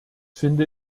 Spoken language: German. finde